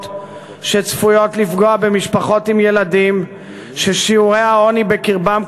שצפויות לפגוע במשפחות עם ילדים ששיעורי העוני בקרבן,